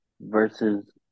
versus